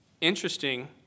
Interesting